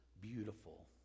beautiful